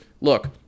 look